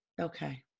Okay